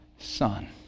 son